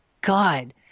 God